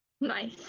Nice